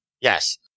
Yes